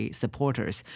supporters